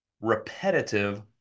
repetitive